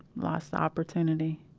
lost the opportunity.